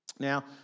Now